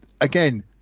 again